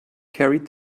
carried